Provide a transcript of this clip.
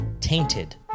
tainted